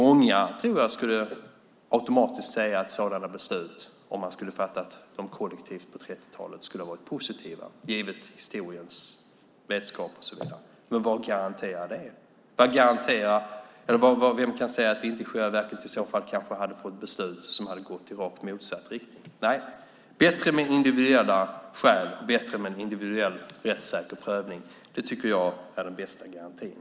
Jag tror att många automatiskt skulle säga att sådana beslut om man skulle ha fattat dem kollektivt på 30-talet skulle ha varit positiva, givet vetskapen om historien. Men vad garanterar det? Vem kan säga att vi inte i själva verket i så fall hade fått beslut som hade gått i rakt motsatt riktning? Nej, det är bättre med individuella skäl och en individuell rättssäker prövning. Det tycker jag är den bästa garantin.